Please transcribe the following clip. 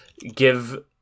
give